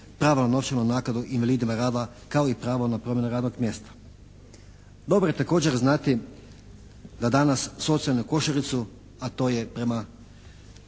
prava na novčanu naknadu invalidima rada kao i pravo na promjenu radnog mjesta. Dobro je također znati da danas socijalnu košaricu, a to je prema